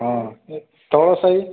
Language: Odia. ହଁ ତଳସାହି